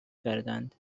کردند